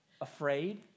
afraid